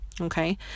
Okay